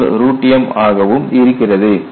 265 MPa m ஆகவும் இருக்கிறது